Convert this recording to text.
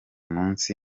munsi